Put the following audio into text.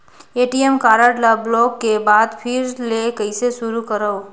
ATM card ल block के बाद फिर ले कइसे शुरू करव?